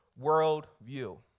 worldview